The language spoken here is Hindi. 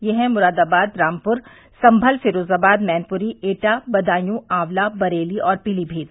ये हैं मुरादाबाद रामपुर संभल फिरोजाबाद मैनपुरी एटा बदांयू आंवला बरेली और पीलीभीत